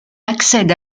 accède